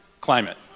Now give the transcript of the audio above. Climate